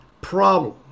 problem